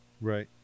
Right